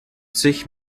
sich